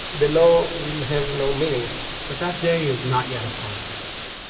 the law will have no meaning but that day is not yet upon us,